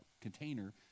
container